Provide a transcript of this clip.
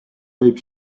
võib